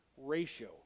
ratio